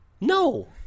No